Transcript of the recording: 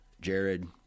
Jared